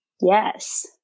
yes